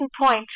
point